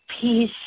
peace